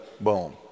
boom